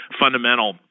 fundamental